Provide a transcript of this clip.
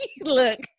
look